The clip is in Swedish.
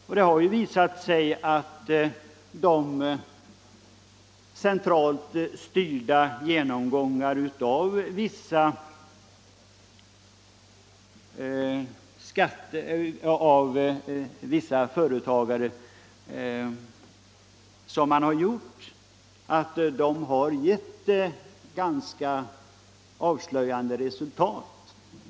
Och det har ju visat sig att de centralt styrda genomgångar av vissa företagares deklarationer som har gjorts har givit ganska avslöjande resultat.